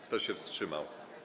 Kto się wstrzymał?